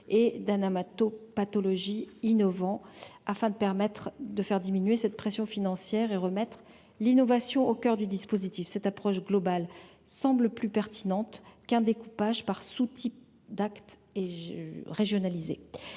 et d'Alain Mathot pathologies innovants afin de permettre de faire diminuer cette pression financière et remettre l'innovation au coeur du dispositif cette approche globale semble plus pertinente qu'un découpage par sous-types d'actes et j'régionalisé.